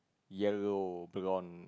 yellow blonde